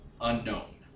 unknown